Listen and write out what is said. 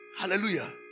Hallelujah